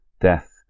Death